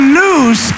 news